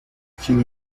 sin